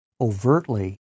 overtly